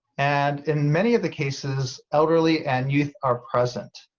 and in many of the cases elderly and youth are present.